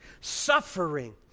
suffering